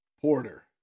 Porter